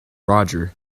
roger